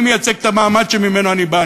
אני מייצג את המעמד שממנו אני בא,